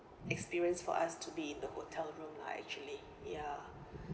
experience for us to be in the hotel room lah actually ya